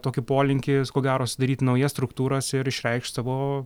tokį polinkį ko gero sudaryti naujas struktūras ir išreikšt savo